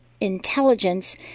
intelligence